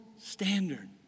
standard